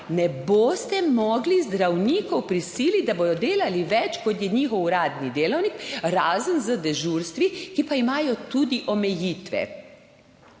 ne boste mogli zdravnikov prisiliti, da bodo delali več kot je njihov uradni delovnik, razen z dežurstvi, ki pa imajo tudi omejitve.